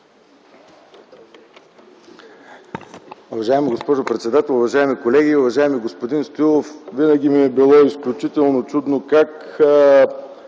Уважаема госпожо председател, уважаеми колеги, уважаеми господин Стоилов! Винаги ми е било изключително чудно как